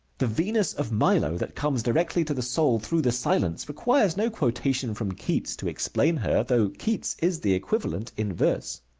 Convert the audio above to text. the venus of milo, that comes directly to the soul through the silence, requires no quotation from keats to explain her, though keats is the equivalent in verse.